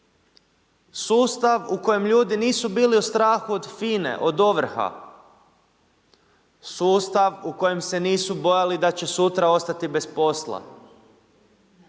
Sustav u kojem ljudi nisu bili u strahu od FINA-e, od ovrha, sustav u kojem se nisu bojali da će sutra ostati bez posla.